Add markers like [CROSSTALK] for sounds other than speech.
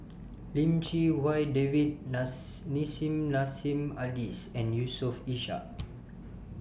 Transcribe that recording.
Lim Chee Wai David [UNINTELLIGIBLE] Nissim Nassim Adis and Yusof Ishak